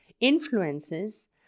influences